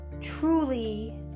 truly